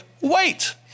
wait